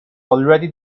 already